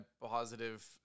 positive